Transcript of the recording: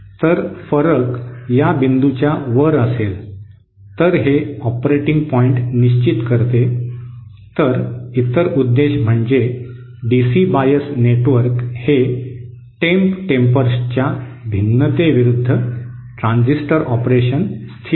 तर फरक या बिंदूच्या वर असेल तर हे ऑपरेटिंग पॉईंट निश्चित करते तर इतर उद्देश म्हणजे डीसी बायस नेटवर्क हे टेम्प टेम्पर्सच्या भिन्नते विरूद्ध ट्रान्झिस्टर ऑपरेशन स्थिर करते